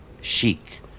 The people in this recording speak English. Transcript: chic